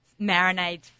marinades